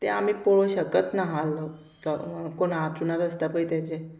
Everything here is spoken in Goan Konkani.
तें आमी पळोवं शकत ना लोक कोण हांतरुणार आसता पळय तेजें